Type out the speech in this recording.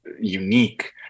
unique